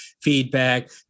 feedback